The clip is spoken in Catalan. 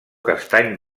castany